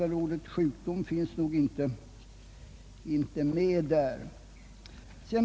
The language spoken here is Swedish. Men ordet sjukdom fanns nog, som sagt, inte med.